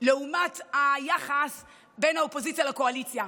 לעומת היחס בין האופוזיציה לקואליציה.